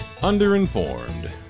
Underinformed